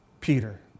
Peter